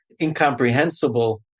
incomprehensible